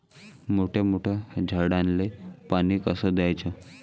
मोठ्या मोठ्या झाडांले पानी कस द्याचं?